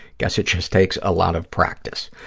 guess it just takes a lot of practice.